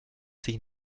sich